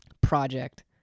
project